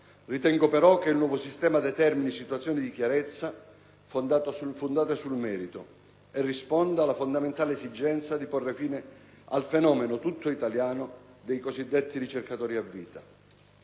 ritengo però che il nuovo sistema determini situazioni di chiarezza fondate sul merito e risponda alla fondamentale esigenza di porre fine al fenomeno, tutto italiano, dei cosiddetti ricercatori a vita.